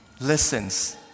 listens